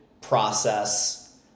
process